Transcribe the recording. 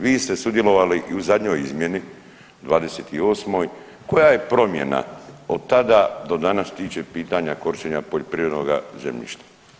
Vi ste sudjelovali i u zadnjoj izmjeni 28 koja je promjena od tada do danas što se tiče pitanja korištenja poljoprivrednoga zemljišta?